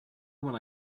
when